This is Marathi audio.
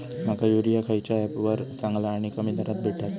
माका युरिया खयच्या ऍपवर चांगला आणि कमी दरात भेटात?